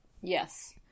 yes